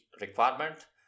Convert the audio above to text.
requirement